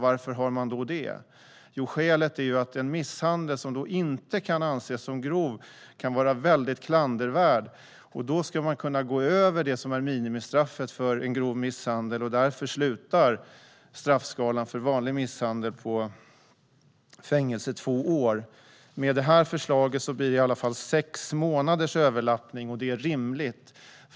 Varför har man det? Jo, skälet är att en misshandel som inte kan anses som grov kan vara väldigt klandervärd. Då ska man kunna gå över minimistraffet för grov misshandel, och därför slutar straffskalan för vanlig misshandel på fängelse i två år. Med detta förslag blir det i alla fall sex månaders överlappning, och det är rimligt.